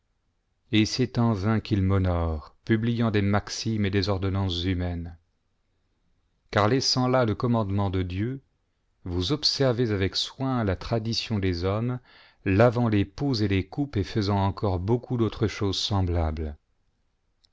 et c'est erî vain qu'ils m'honorent publiant des maximes et des ordonnances humaines car laissant là le commandement de dieu vous observez avec soin la tradition des hommes lavant les pots et les coupes et faisant encore beaucoup d'autres choses semblables